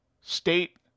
state